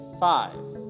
five